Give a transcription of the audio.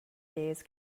days